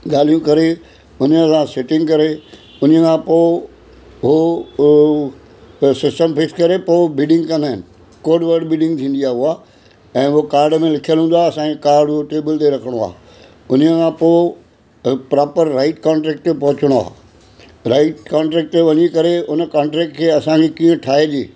ॻाल्हियूं करे उनसां सेटींग करे उन्हीअ खां पोइ हू उहो सिस्टम फिक्स करे पोइ बीडींग कंदा आहिनि कोड वर्ड बीडींग थींदा आहे उहा ऐं उहो कार्ड में लिखयलि हूंदो आहे असांखे कार्ड उहो टेबल ते रखिणो आहे उन्हीअ खां पोइ प्र प्रोपर राइट कॉन्ट्रॅक्ट ते पहुचणो आहे राइट कॉन्ट्रॅक्ट ते वञी करे उन कॉन्ट्रॅक्ट खे असांखे कीअं ठाहे ॾे